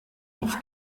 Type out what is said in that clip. auf